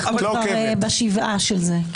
אנחנו כבר בשבעה של זה.